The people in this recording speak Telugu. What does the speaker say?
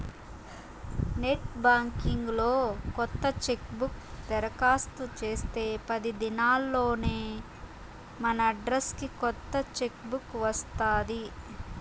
నెట్ బాంకింగ్ లో కొత్త చెక్బుక్ దరకాస్తు చేస్తే పది దినాల్లోనే మనడ్రస్కి కొత్త చెక్ బుక్ వస్తాది